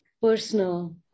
personal